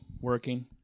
working